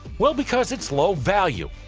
well because it's low value.